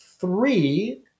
three